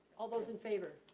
all those in favor.